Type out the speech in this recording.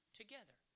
together